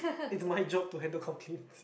it's my job to handle complaints